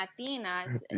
Latinas